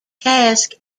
cask